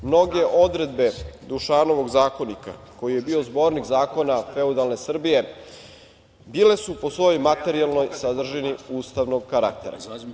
Mnoge odredbe Dušanovog zakonika koji je bio zbornik zakona feudalne Srbije bile su po svojoj materijalnoj sadržini ustavnog karaktera.